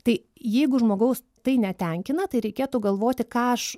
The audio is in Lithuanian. tai jeigu žmogaus tai netenkina tai reikėtų galvoti ką aš